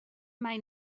mai